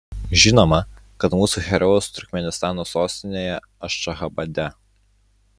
žinoma kad mūsų herojaus turkmėnistano sostinėje ašchabade